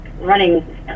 running